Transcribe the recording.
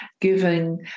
giving